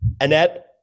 Annette